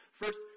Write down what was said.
First